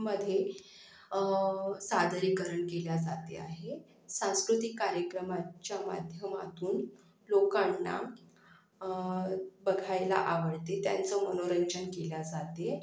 मध्ये सादरीकरण केल्या जाते आहे सांस्कृतिक कार्यक्रमाच्या माध्यमातून लोकांना बघायला आवडते त्यांचं मनोरंजन केले जाते